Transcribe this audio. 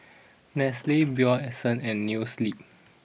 Nestle Bio Essence and Noa Sleep